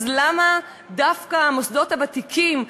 אז למה דווקא המוסדות הוותיקים,